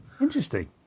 Interesting